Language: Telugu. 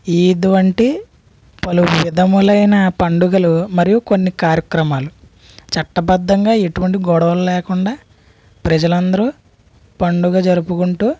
ఈద్ వంటి పలు విధములైన పండుగలు మరియు కొన్ని కార్యక్రమాలు చట్టబద్ధంగా ఎటువంటి గొడవలు లేకుండా ప్రజలందరూ పండుగ జరుపుకుంటూ